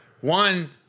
One